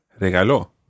regaló